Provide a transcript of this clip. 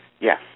Yes